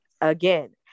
Again